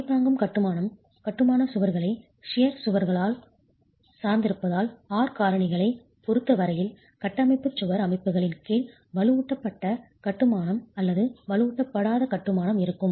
சுமை தாங்கும் கட்டுமானம் கட்டுமான சுவர்களை ஷியர் கத்தரிப்பது சுவர்களாகச் சார்ந்திருப்பதால் R காரணிகளைப் பொறுத்த வரையில் கட்டமைப்புச் சுவர் அமைப்புகளின் கீழ் வலுவூட்டப்பட்ட கட்டுமானம் அல்லது வலுவூட்டப்படாத கட்டுமானம் இருக்கும்